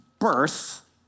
birth